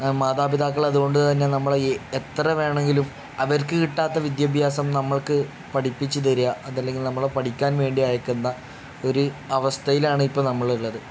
മാതാപിതാക്കൾ അതുകൊണ്ട് തന്നെ നമ്മളെ എത്ര വേണമെങ്കിലും അവർക്ക് കിട്ടാത്ത വിദ്യാഭ്യാസം നമ്മൾക്ക് പഠിപ്പിച്ച് തരിക അതല്ലെങ്കിൽ നമ്മളെ പഠിക്കാൻ വേണ്ടി അയക്കുന്ന ഒരു അവസ്ഥയിലാണ് ഇപ്പം നമ്മൾ ഉള്ളത്